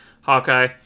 Hawkeye